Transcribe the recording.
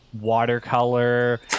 watercolor